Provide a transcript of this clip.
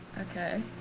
Okay